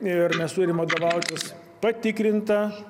ir mes turim vadovautis patikrinta